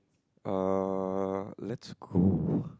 uh that's cool